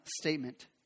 statement